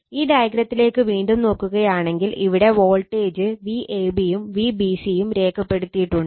ഈ ഡയഗ്രത്തിലേക്ക് വീണ്ടും നോക്കുകയാണെങ്കിൽ ഇവിടെ വോൾട്ടേജ് Vab യും Vbc യും രേഖപ്പെടുത്തിയിട്ടുണ്ട്